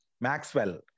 Maxwell